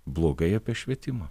blogai apie švietimą